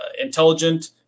intelligent